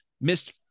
missed